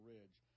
Ridge